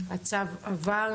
הצבעה הצו אושר.